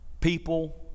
people